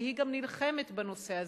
שהיא גם נלחמת בנושא הזה,